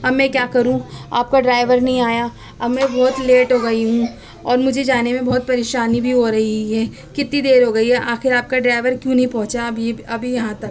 اب میں کیا کروں آپ کا ڈرائیور نہیں آیا اب اب میں بہت لیٹ ہو گئی ہوں اور مجھے جانے میں بہت پریشانی بھی ہو رہی ہے کتی دیر ہو گئی ہے آخر آپ کا ڈرائیور کیوں نہیں پہنچا ابھی ابھی یہاں تک